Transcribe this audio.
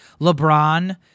LeBron-